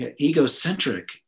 egocentric